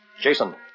Jason